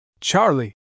Charlie